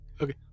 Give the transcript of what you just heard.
okay